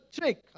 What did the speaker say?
trick